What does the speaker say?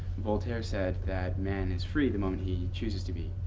voltaire said that man is free the moment he chooses to be.